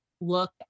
look